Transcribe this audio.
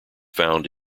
found